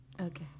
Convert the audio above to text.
okay